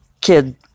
kid